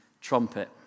Trumpet